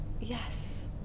Yes